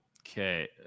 Okay